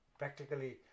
practically